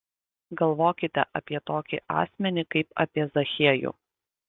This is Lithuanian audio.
galvokite apie tokį asmenį kaip apie zachiejų